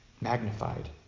magnified